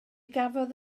gafodd